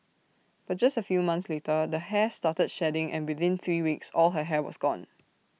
but just A few months later the hair started shedding and within three weeks all her hair was gone